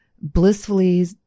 blissfully